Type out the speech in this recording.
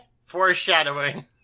Foreshadowing